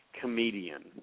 comedian